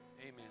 Amen